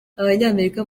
abanyamerika